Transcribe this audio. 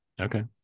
Okay